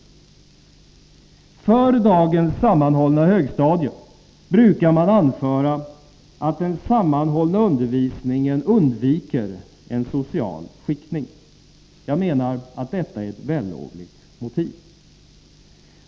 Beträffande dagens sammanhållna högstadium brukar man anföra att den sammanhållna undervisningen gör att en social skiktning kan undvikas. Jag menar att detta är ett vällovligt motiv.